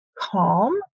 calm